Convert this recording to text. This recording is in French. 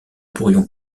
pourrions